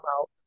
out